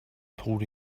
pulled